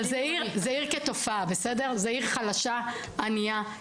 אבל כתופעה זו עיר חלשה וענייה,